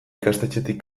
ikastetxetik